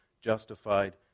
justified